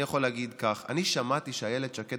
אני יכול להגיד כך: אני שמעתי שאיילת שקד